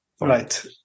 Right